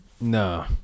no